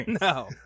No